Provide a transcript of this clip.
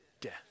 death